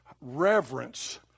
reverence